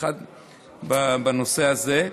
בנושא הזה.